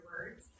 words